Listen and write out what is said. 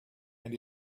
and